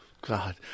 God